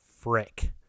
Frick